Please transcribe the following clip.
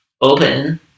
open